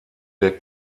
der